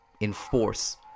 enforce